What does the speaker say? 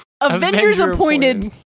Avengers-appointed